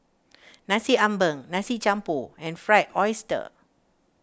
Nasi Ambeng Nasi Campur and Fried Oyster